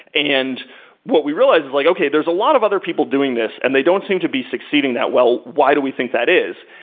and what we realized is like, okay, there's a lot of other people doing this and they don't seem to be succeeding that well. why do we think that is?